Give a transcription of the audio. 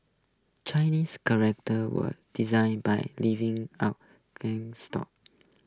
Chinese characters were design by leaving out gain store